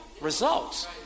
results